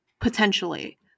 potentially